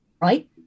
right